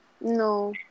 no